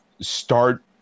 start